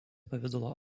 pavidalo